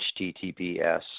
HTTPS